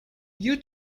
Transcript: you